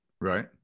right